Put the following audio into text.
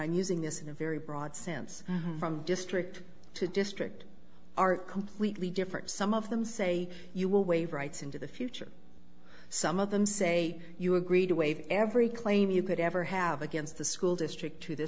this in a very broad sense from district to district are completely different some of them say you will waive rights into the future some of them say you agreed to waive every claim you could ever have against the school district to th